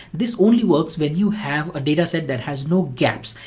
this only works when you have a data set that has no gaps.